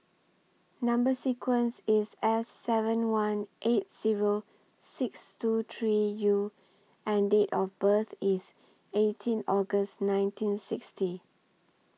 Number sequence IS S seven one eight Zero six two three U and Date of birth IS eighteen August nineteen sixty